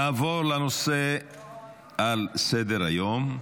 נעבור לנושא הבא על סדר-היום,